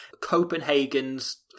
Copenhagen's